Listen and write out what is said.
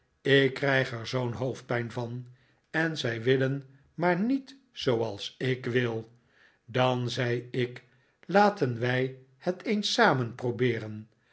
ik krijg er zoo'n hoofdpijn van en zij willen maar niet zooals ik wil dan zei ik laten wij het eens samen probeeren